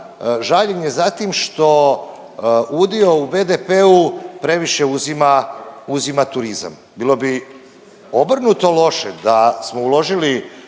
žaljenje za tim što udio u BDP-u previše uzima, uzima turizam. Bilo bi obrnuto loše da smo uložili